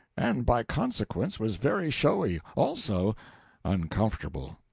and by consequence was very showy, also uncomfortable.